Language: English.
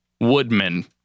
Woodman